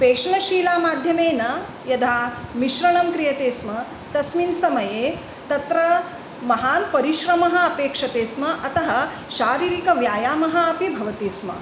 पेषणशीलामाध्यमेन यदा मिश्रणं क्रियते स्म तस्मिन् समये तत्र महान् परिश्रमः अपेक्षते स्म अतः शारीरिकव्यायामम् अपि भवति स्म